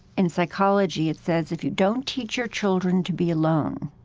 in psychology, it says, if you don't teach your children to be alone,